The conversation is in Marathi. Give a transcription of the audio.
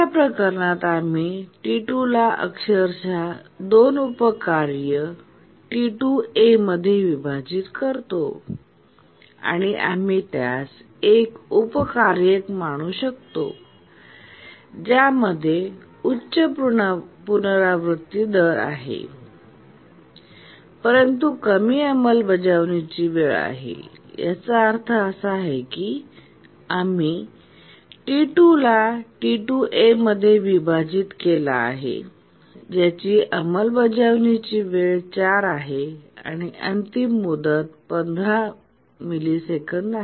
अशा प्रकरणात आम्ही T2 ला अक्षरशः 2 उप कार्ये T2A मध्ये विभाजित करतो आणि आम्ही त्यास एक उप कार्यक मानू शकतो ज्यामध्ये उच्च पुनरावृत्ती दर आहे परंतु कमी अंमलबजावणी वेळ आहे याचा अर्थ असा आहे की आम्ही T2 ला T2A मध्ये विभाजित केला आहे ज्याची अंमलबजावणी वेळ 4 आहे आणि अंतिम मुदत 15 आहे मिलीसेकंद